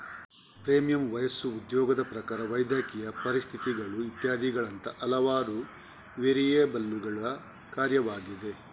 premium ವಯಸ್ಸು, ಉದ್ಯೋಗದ ಪ್ರಕಾರ, ವೈದ್ಯಕೀಯ ಪರಿಸ್ಥಿತಿಗಳು ಇತ್ಯಾದಿಗಳಂತಹ ಹಲವಾರು ವೇರಿಯಬಲ್ಲುಗಳ ಕಾರ್ಯವಾಗಿದೆ